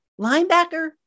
linebacker